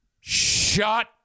Shut